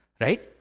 right